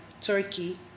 Turkey